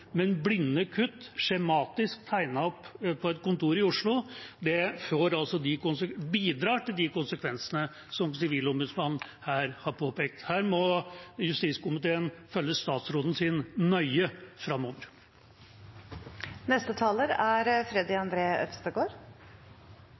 Men blinde kutt, skjematisk tegnet opp på et kontor i Oslo, bidrar til de konsekvensene som Sivilombudsmannen her har påpekt. Her må justiskomiteen følge statsråden sin nøye